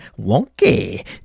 wonky